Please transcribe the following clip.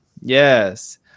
yes